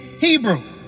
Hebrew